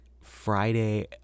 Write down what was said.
Friday